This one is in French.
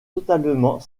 totalement